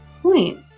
point